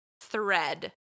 thread